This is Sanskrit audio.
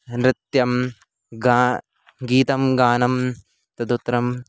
नृत्यं गा गीतं गानं तदुत्तरम्